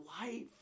life